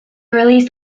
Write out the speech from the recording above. released